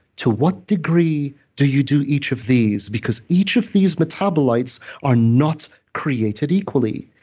to what degree do you do each of these? because each of these metabolites are not created equally.